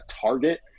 target